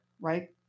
right